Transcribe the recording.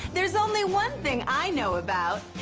there's only one thing i know about.